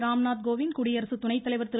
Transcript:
ராம்நாத் கோவிந்த் குடியரசு துணைத்தலைவர் திரு